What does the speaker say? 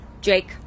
Jake